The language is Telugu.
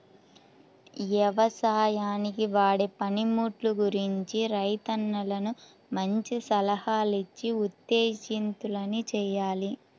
యవసాయానికి వాడే పనిముట్లు గురించి రైతన్నలను మంచి సలహాలిచ్చి ఉత్తేజితుల్ని చెయ్యాలి